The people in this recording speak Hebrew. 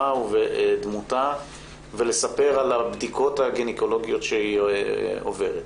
ובדמותה ולספר על הבדיקות הגניקולוגיות שהיא עוברת.